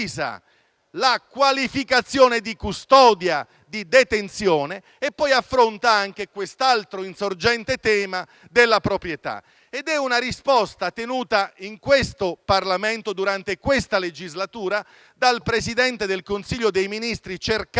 la qualificazione di custodia, di detenzione e poi affronta anche l'altro insorgente tema della proprietà. È una risposta data in Parlamento, durante l'attuale legislatura, dal Presidente del Consiglio dei ministri cercato,